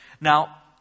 Now